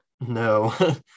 No